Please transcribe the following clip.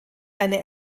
eine